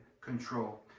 control